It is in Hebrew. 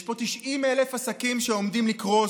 יש פה 90,000 עסקים שעומדים לקרוס.